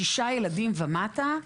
שישה ילדים ומטה,